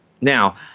Now